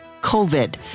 COVID